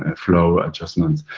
and flow adjustment.